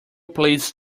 please